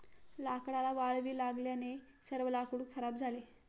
लाकडाला वाळवी लागल्याने सर्व लाकूड खराब झाले